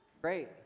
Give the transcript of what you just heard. Great